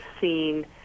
seen